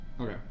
Okay